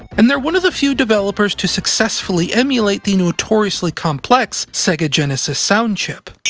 and they're one of the few developers to successfully emulate the notoriously complex sega genesis sound chip.